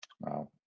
Wow